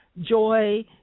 joy